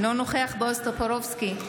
אינו נוכח בועז טופורובסקי,